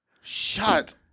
Shut